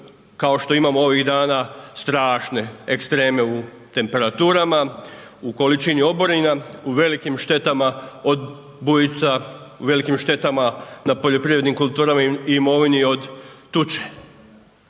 kao što imamo ovih dana strašne ekstreme u temperaturama, u količini oborina, u velikim štetama od bujica, u velikim štetama na poljoprivrednim kulturama i imovini od tuče.